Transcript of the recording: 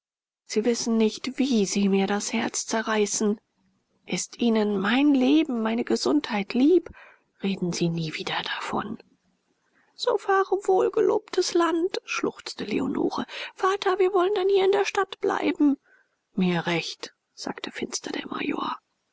sie wissen nicht wie sie mir das herz zerreißen ist ihnen mein leben meine gesundheit lieb reden sie nie wieder davon so fahre wohl gelobtes land schluchzte leonore vater wir wollen dann hier in der stadt bleiben mir recht sagte finster der major